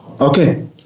Okay